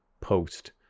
post